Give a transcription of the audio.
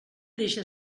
deixa